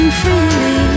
freely